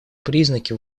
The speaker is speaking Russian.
признаки